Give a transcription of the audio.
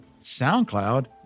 SoundCloud